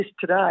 today